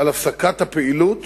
על הפסקת הפעילות